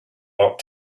bought